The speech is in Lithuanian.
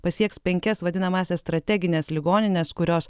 pasieks penkias vadinamąsias strategines ligonines kurios